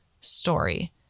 story